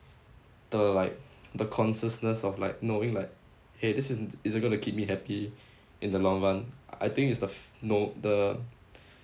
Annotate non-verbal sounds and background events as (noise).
the like the consciousness of like knowing like !hey! this isn't isn't gonna keep me happy in the long run I think it's the f~ know the (breath)